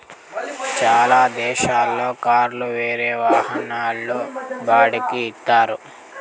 చాలా దేశాల్లో కార్లు వేరే వాహనాల్లో బాడిక్కి ఇత్తారు